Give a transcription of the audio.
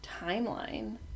timeline